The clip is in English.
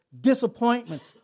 disappointments